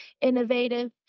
innovative